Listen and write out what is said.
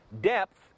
depth